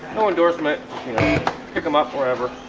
oh endorsement pick them up forever